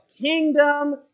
kingdom